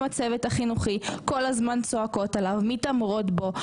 הצוות החינוכי היו כל הזמן צועקות עליו ומתעמרות בו.